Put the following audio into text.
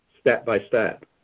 step-by-step